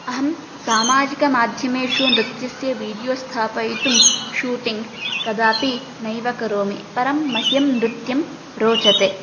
अहं सामाजिकमाध्यमेषु नृत्यस्य विडियो स्थापयितुं शूटिङ्ग् कदापि नैव करोमि परं मह्यं नृत्यं रोचते